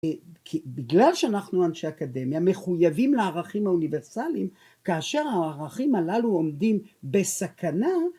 בגלל שאנחנו אנשי אקדמיה מחויבים לערכים האוניברסליים, כאשר הערכים הללו עומדים בסכנה